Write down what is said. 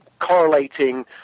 correlating